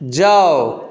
जाउ